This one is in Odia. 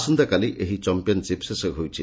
ଆସନ୍ତାକାଲି ଏହି ଚାମ୍ପିୟନସିପ୍ ଶେଷ ହେଉଛି